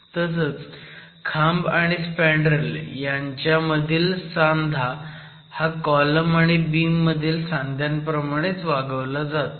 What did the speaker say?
तसंच खांब आणि स्पँडरेल यांच्यामधील सांधा हा कॉलम आणि बीम मधील सांध्याप्रमाणेच वागवला जातो